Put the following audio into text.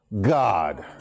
God